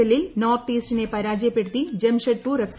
എല്ലിൽ നോർത്ത് ഈസ്റ്റിനെ പരാജയപ്പെടുത്തി ജംഷഡ്പുർ എഫ്